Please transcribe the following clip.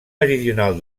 meridional